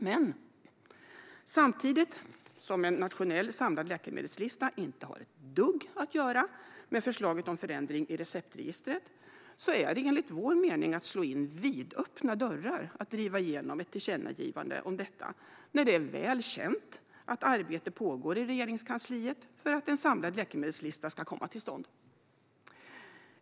Men samtidigt som en nationell samlad läkemedelslista inte har ett dugg att göra med förslaget om förändring i receptregistret är det enligt vår mening att slå in vidöppna dörrar att driva igenom ett tillkännagivande om detta när det är känt att arbete pågår i Regeringskansliet för att en samlad läkemedelslista ska komma till stånd.